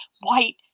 white